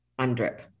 UNDRIP